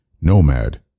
Nomad